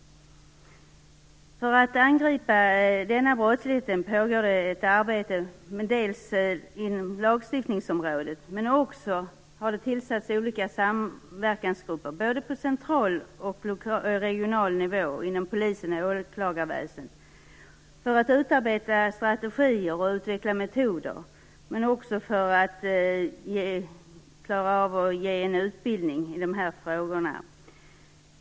För att angripa denna brottslighet pågår det ett arbete inom bl.a. lagstiftningsområdet. Det har också tillsatts olika samverkansgrupper, både på central och regional nivå, inom polisen och åklagarväsendet som skall utarbeta strategier och utveckla metoder samt se till att man kan ge utbildning i de här frågorna.